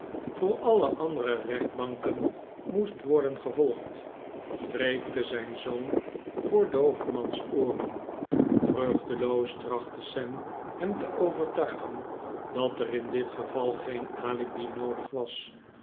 voor alle andere rechtbanken moesten worden gevolgd preekte zijn zoon voor doovemans ooren vruehteloos trachtte sam hem te overtuigen dat er in dit geval geen alibi noodig was